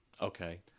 Okay